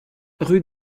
rue